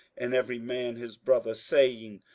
and every man his brother, saying,